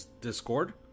discord